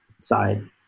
side